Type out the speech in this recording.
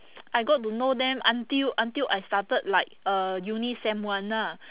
I got to know them until until I started like uh uni sem one lah